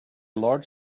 large